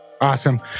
Awesome